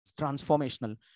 transformational